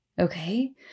Okay